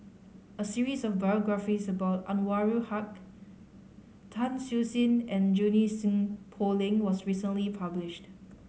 a series of biographies about Anwarul Haque Tan Siew Sin and Junie Sng Poh Leng was recently published